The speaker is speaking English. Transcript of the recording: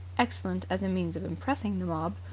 excellent as a means of impressing the mob,